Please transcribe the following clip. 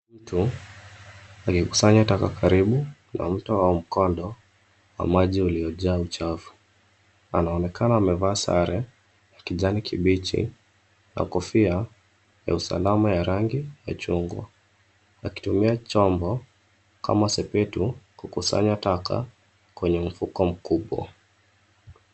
Mtu akikusanya taka karibu na mto wa mkondo wa maji uliojaa uchafu. Anaonekana amevaa sare ya kijani kibichi na kofia ya usalama ya rangi ya chungwa. Akitumia chombo kama sepetu kukusanya taka, kwenye mfuko mkubwa.